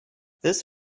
this